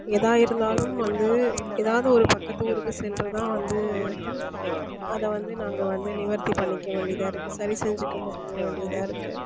எதா இருந்தாலும் வந்து எதாவது ஒரு பக்கத்து ஊருக்கு சென்று தான் வந்து அதை வந்து நாங்கள் வந்து நிவர்த்தி பண்ணிக்க வேண்டியதாக இருக்கு சரி செஞ்சிக்க முடிய வேண்டியதாக இருக்கு